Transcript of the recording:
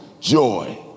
joy